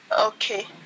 Okay